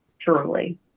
truly